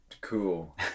cool